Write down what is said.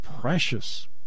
precious